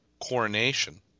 Coronation